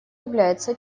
являются